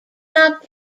not